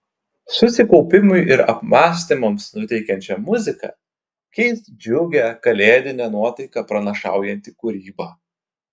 susikaupimui ir apmąstymams nuteikiančią muziką keis džiugią kalėdinę nuotaiką pranašaujanti kūryba